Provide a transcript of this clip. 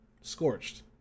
scorched